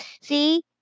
See